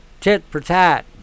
tit-for-tat